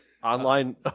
Online